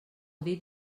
dit